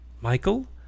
Michael